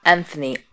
Anthony